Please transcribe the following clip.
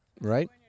right